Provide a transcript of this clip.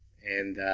and